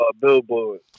Billboard